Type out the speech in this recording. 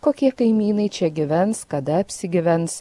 kokie kaimynai čia gyvens kada apsigyvens